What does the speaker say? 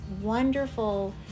wonderful